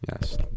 Yes